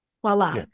Voila